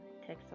text